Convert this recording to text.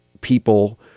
people